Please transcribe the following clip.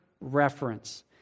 reference